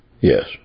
Yes